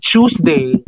Tuesday